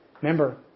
Remember